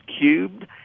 cubed